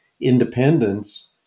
independence